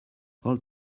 all